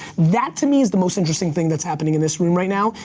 that to me is the most interesting thing that's happening in this room right now,